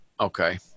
Okay